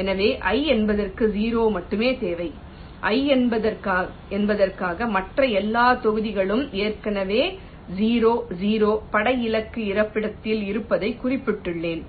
எனவே 'i' என்பதற்கு 0 மட்டுமே தேவை 'i' என்பதற்காக மற்ற எல்லா தொகுதிகளும் ஏற்கனவே 0 0 படை இலக்கு இருப்பிடத்தில் இருப்பதைக் குறிப்பிட்டுள்ளேன்